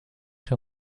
too